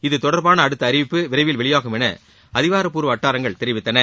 இதுதொடர்பான அடுத்த அறிவிப்பு விரைவில் வெளியாகும் என்று அதிகாரப்பூர்வ அவட்டாரங்கள் தெரிவித்தன